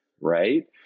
right